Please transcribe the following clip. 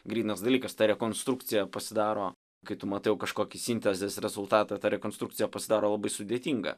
grynas dalykas ta rekonstrukcija pasidaro kai tu matai jau kažkokį sintezės rezultatą ta rekonstrukcija pasidaro labai sudėtinga